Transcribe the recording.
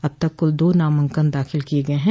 अब तक कुल दो नामांकन दाखिल किए गए हैं